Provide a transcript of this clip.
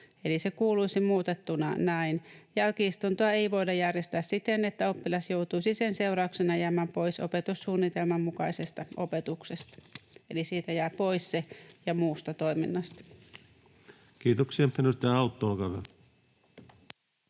Eli se kuuluisi muutettuna näin: ”Jälki-istuntoa ei voida järjestää siten, että oppilas joutuisi sen seurauksena jäämään pois opetussuunnitelman mukaisesta opetuksesta.” Eli siitä jää pois se ”ja muusta toiminnasta”.